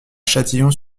châtillon